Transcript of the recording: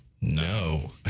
no